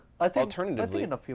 alternatively